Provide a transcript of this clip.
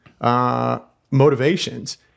motivations